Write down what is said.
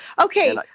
Okay